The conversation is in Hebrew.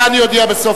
את זה אני אודיע בסוף.